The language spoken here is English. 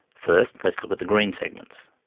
first let's look at the green segments.